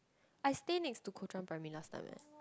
I stay next to Kuo Chuan primary last time eh